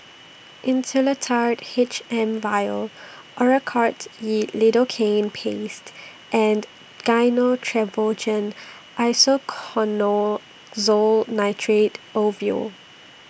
Insulatard H M Vial Oracort E Lidocaine Paste and Gyno Travogen Isoconazole Nitrate Ovule